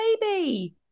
baby